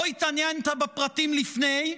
לא התעניינת בפרטים לפני,